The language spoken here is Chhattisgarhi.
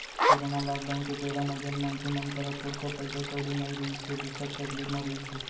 कोरोना लॉकडाउन के बेरा म जेन मनसे मन करा थोरको पइसा कउड़ी नइ रिहिस हे, बिकट तकलीफ म रिहिस हे